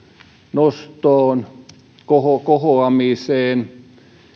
nostoon kohoamiseen